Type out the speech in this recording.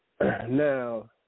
Now